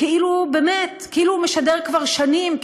כאילו באמת הוא משדר כבר שנים,